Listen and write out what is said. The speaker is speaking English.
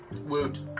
Woot